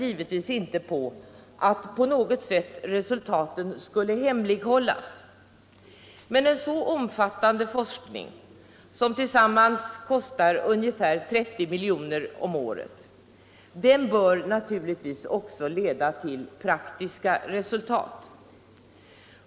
Med detta krav avser vi givetvis inte på något sätt att resultaten skulle hemlighållas, men en så omfattande forskning, som «Nr 30 tillsammans kostar ungefär 30 milj.kr. om året, bör naturligtvis också Onsdagen den leda till praktiska resultat.